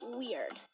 weird